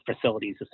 Facilities